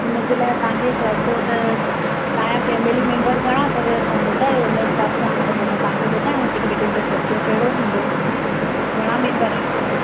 उनजे लाइ तव्हां खे ख़र्चो त तव्हां जा फेमेली मेंबर घणा अथव तव्हां ॿुधायो उन हिसाब सां त पोइ मां तव्हां खे ॿुधायांव टिकेटनि जो ख़र्चो कहिड़ो थींदो घणा मेंबर आहियो तव्हां